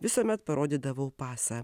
visuomet parodydavau pasą